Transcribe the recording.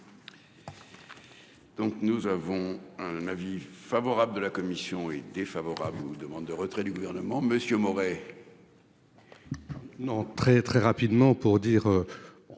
Donc nous avons un avis favorable de la commission est défavorable vous demande de retrait du gouvernement. Monsieur Moret.